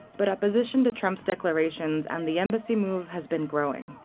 but opposition to trump's declarations and the embassy move has been growing.